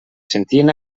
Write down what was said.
sentien